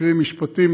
קרי משפטים,